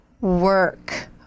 work